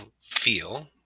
feel